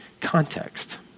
context